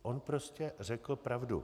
On prostě řekl pravdu.